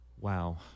Wow